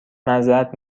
معذرت